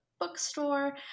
bookstore